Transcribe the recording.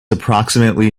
approximately